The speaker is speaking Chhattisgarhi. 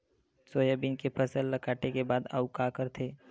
सोयाबीन के फसल ल काटे के बाद आऊ का करथे?